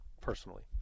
personally